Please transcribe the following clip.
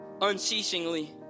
unceasingly